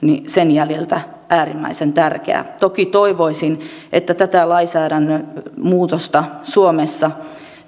jäljiltä äärimmäisen tärkeitä toki toivoisin että tämä lainsäädännön muutos suomessa